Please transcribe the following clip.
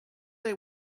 they